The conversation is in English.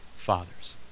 fathers